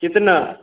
कितना